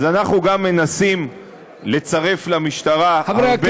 אז אנחנו גם מנסים לצרף למשטרה הרבה יותר,